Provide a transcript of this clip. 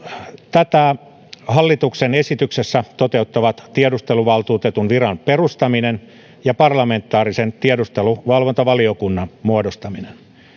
tätä hallituksen esityksessä toteuttavat tiedusteluvaltuutetun viran perustaminen ja parlamentaarisen tiedusteluvalvontavaliokunnan muodostaminen